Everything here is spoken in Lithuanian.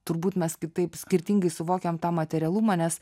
turbūt mes kitaip skirtingai suvokiam tą materialumą nes